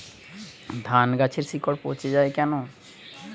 ধানগাছের শিকড় পচে য়ায় কেন?